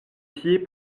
pieds